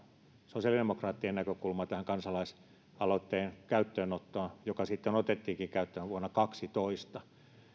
sosiaalidemokraattien näkökulmaa tähän kansalaisaloitteen käyttöönottoon joka sitten otettiinkin käyttöön vuonna kaksitoista